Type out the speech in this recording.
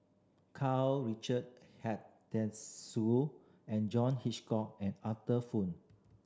Karl Richard Hanitsch and John Hitchcock and Arthur Fong